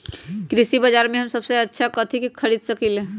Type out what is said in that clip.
कृषि बाजर में हम सबसे अच्छा कथि खरीद सकींले?